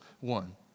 one